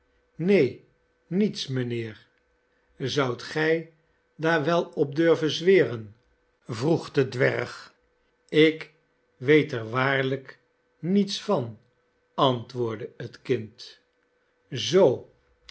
neen niets mijnheer zoudt gij daar wel op durven zweren vroeg de dwerg ik weet er waarl'y'k niets van antwoordde het kind zoo